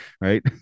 right